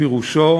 פירושו